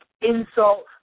insult